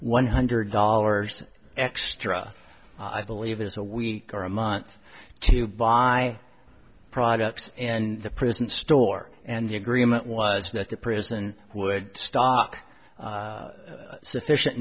one hundred dollars extra i believe is a week or a month to buy products and the prison store and the agreement was that the prison would stock sufficient